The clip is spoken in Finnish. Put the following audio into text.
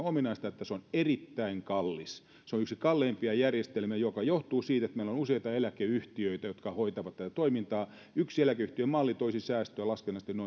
ominaista että se on erittäin kallis se on yksi kalleimpia järjestelmiä mikä johtuu siitä että meillä on useita eläkeyhtiöitä jotka hoitavat tätä toimintaa yksi eläkeyhtiömalli toisi säästöä laskennallisesti